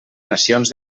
nacions